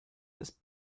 this